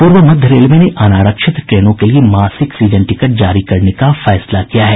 पूर्व मध्य रेलवे ने अनारक्षित ट्रेनों के लिए मासिक सीजन टिकट जारी करने का फैसला किया है